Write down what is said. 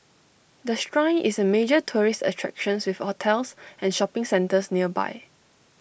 the Shrine is A major tourist attractions with hotels and shopping centres nearby